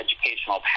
Educational